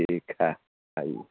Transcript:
ठीक है आइए